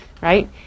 Right